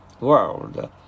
World